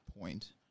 point